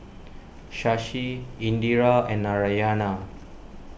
Shashi Indira and Narayana